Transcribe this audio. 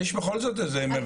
יש בכל זאת איזה מרחק.